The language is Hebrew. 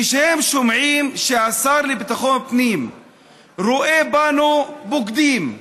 כשהם שומעים שהשר לביטחון פנים רואה בנו בוגדים,